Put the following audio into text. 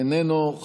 איננו.